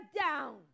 down